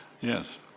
Yes